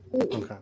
Okay